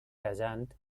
casant